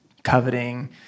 coveting